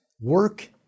Work